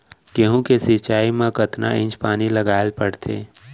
गेहूँ के सिंचाई मा कतना इंच पानी लगाए पड़थे?